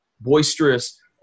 boisterous